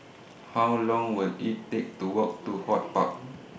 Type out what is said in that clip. How Long Will IT Take to Walk to HortPark